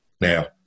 now